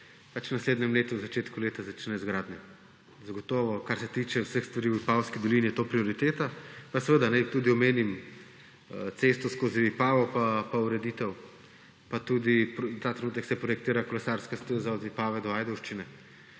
pač v naslednjem letu v začetku leta začne z gradnjo. Zagotovo je to, kar se tiče vseh stvari v Vipavski dolini, prioriteta. Naj tudi omenim cesto skozi Vipavo pa ureditev, te trenutek se pa tudi projektira kolesarska steza od Vipave do Ajdovščine,